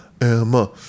Emma